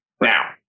Now